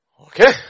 Okay